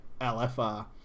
LFR